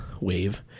wave